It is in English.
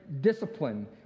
discipline